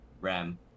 RAM